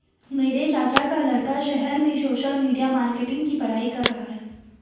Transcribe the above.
मेरे चाचा का लड़का शहर में सोशल मीडिया मार्केटिंग की पढ़ाई कर रहा है